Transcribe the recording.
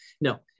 No